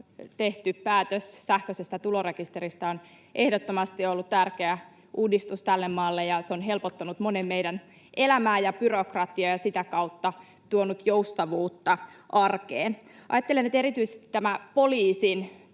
tehty päätös sähköisestä tulorekisteristä on ehdottomasti ollut tärkeä uudistus tälle maalle, ja se on helpottanut monen meidän elämää ja byrokratiaa ja sitä kautta tuonut joustavuutta arkeen. Ajattelen, että erityisesti tämä poliisin